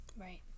right